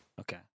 Okay